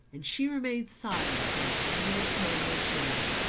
and she remained silent for a tremulous moment or two